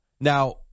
Now